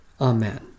Amen